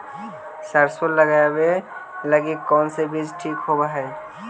सरसों लगावे लगी कौन से बीज ठीक होव हई?